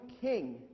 king